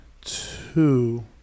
two